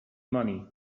money